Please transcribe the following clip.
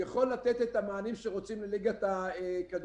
יכול לתת את המענה שרוצים לליגת הכדורגל.